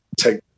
take